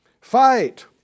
Fight